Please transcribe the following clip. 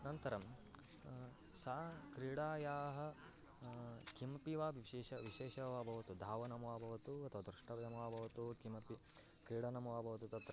नन्तरं सा क्रीडायाः किमपि वा विशेषः विशेषः वा भवतु धावनं वा भवतु अथवा द्रष्टव्यं वा भवतु किमपि क्रीडनं वा भवतु तत्र